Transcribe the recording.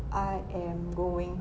I am going